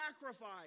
sacrifice